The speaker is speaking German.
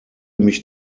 mich